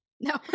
No